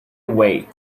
away